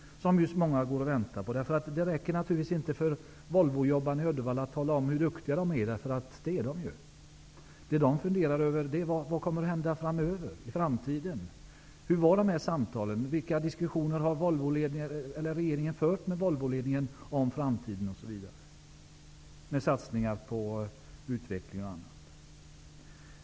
Det är många som går och väntar på besked. För Volvoarbetarna i Uddevalla räcker det inte att man talar om hur duktiga de är -- för de är ju duktiga. Vad de funderar över är vad som kommer att hända i framtiden. Hur var de här samtalen? Vilka diskussioner har regeringen fört med Volvoledningen om framtiden t.ex. när det gäller satsningar på utveckling?